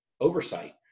oversight